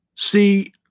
See